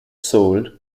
sold